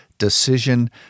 decision